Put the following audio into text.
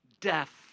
death